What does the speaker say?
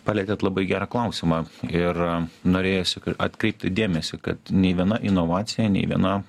palietėt labai gerą klausimą ir norėjosi atkreipti dėmesį kad nei viena inovacija nei viena